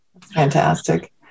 Fantastic